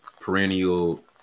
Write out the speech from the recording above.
perennial